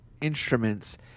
instruments